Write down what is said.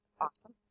awesome